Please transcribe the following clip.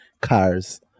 cars